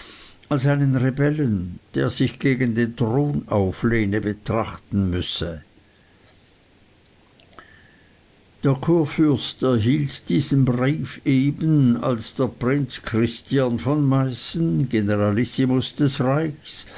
als einen rebellen der sich gegen den thron auflehne betrachten müsse der kurfürst erhielt diesen brief eben als der prinz christiern von meißen generalissimus des reichs